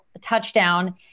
touchdown